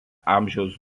amžiaus